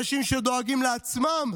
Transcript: אנשים שדואגים לעצמם